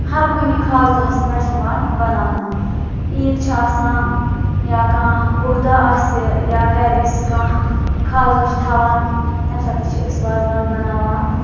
ہَر کُنہٕ خاص دۄہَس پٮ۪ٹھ یِوان بناونہٕ عید چھِ آسان یا کانٛہہ بوڑ دۄہ آسہِ یا گَرِ أسۍ کانٛہہ خاص دۄہ چھِ تھاوان تَمہِ ساتہٕ تہِ چھِ أسۍ وازوان بناوان